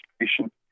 patient